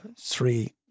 three